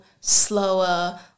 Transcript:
slower